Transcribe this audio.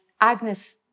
Agnes